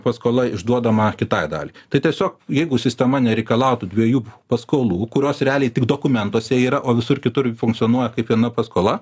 paskola išduodama kitai daliai tai tiesiog jeigu sistema nereikalautų dviejų paskolų kurios realiai tik dokumentuose yra o visur kitur funkcionuoja kaip viena paskola